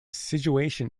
situation